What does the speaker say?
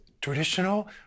traditional